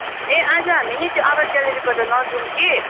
ए आज हामी नि त्यो आभा आर्ट ग्यालेरीबाट नजाउँ कि